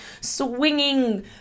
swinging